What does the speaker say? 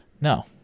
No